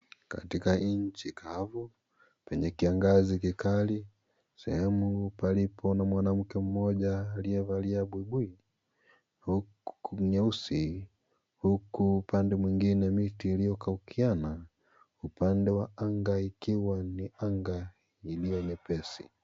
Katika nchi kavu penye kiangazi kikali, sehemu palipo na mwanamke mmoja aliyevalia buibui nyeusi huku upande mwingine miti iliyokaukiana. Upande wa anga ikiwa ni anga iliyo nyepesi.